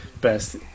best